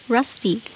Rusty